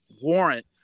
warrant